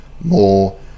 more